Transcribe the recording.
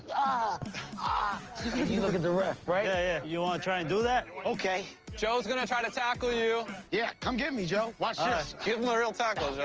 ah ah you look at the ref, right? yeah, yeah, you want to try and do that? okay. joe's gonna try to tackle you. yeah, come get me, joe. watch this. give him a real tackle,